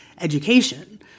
education